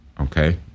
okay